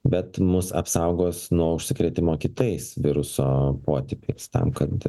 bet mus apsaugos nuo užsikrėtimo kitais viruso potipiai tam kad